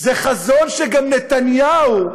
זה חזון שגם נתניהו,